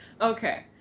Okay